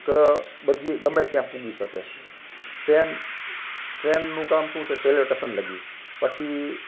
કે બધે ગમે ત્યાં પુગી શકે ટ્રેન ટ્રેનનું કામ શું છે રેલવે ટેશન લગી પછી